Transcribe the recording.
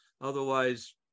Otherwise